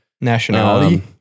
Nationality